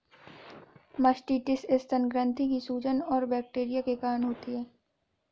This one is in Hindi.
मास्टिटिस स्तन ग्रंथि की सूजन है और बैक्टीरिया के कारण होती है